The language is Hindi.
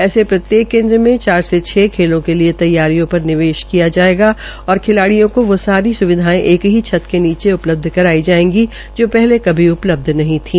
ऐसे प्रत्येक केन्द्र में चार से छ खेलों के लिए तैयारियों पर निवेश किया जायेगा तथा खिलाडिय़ों का वो सारी सुविधायें एक ही छत की नीचे उपलब्ध कराई जायेगी जो पहले कभी उपलब्ध नहीं थी